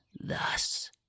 thus